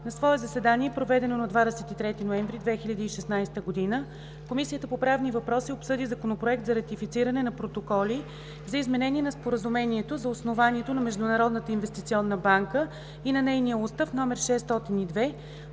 На свое заседание, проведено на 23 ноември 2016 г., Комисията по правни въпроси обсъди Законопроект за ратифициране на протоколи за изменение на Споразумението за основанието на Международната инвестиционна банка и на нейния устав, №